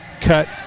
cut